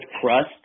crust